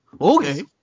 Okay